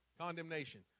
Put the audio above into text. Condemnation